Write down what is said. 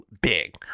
big